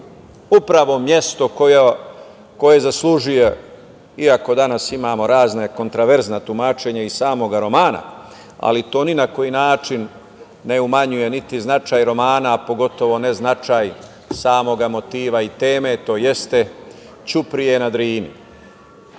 upravo mesto koje zaslužuje, iako danas imamo razna kontroverzna tumačenja iz samog romana, ali to ni na koji način ne umanjuje niti značaj romana, a pogotovo ne značaj samog motiva i teme, tj. ćuprije na